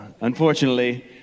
Unfortunately